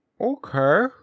okay